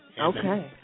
Okay